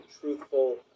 truthful